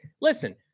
Listen